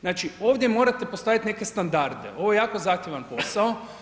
Znači ovdje morate postaviti neke standarde, ovo je jako zahtjevan posao.